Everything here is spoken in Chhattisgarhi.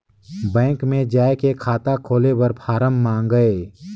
बैंक मे जाय के खाता खोले बर फारम मंगाय?